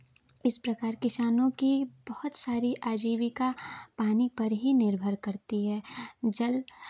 इस प्रकार किसानों की बहुत सारी आजीविका पानी पर ही निर्भर करती है जल